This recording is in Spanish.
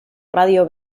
radio